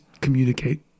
communicate